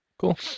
Cool